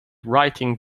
writing